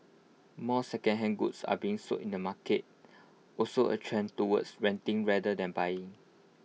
more secondhand goods are being sold in the market also A trend towards renting rather than buying